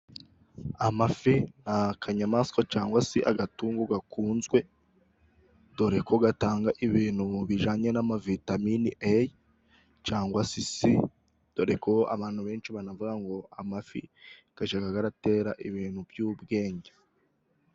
Amafi ni akanyamaswa cyangwa se agatungo gakunzwe, dore ko gatanga ibintu bijyanye n'ama vitamine a cyangwa se c, dore ko abantu benshi banavuga ngo amafi ajya atera ibintu by'ubwenge.